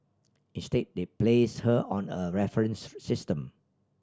instead they place her on a reference system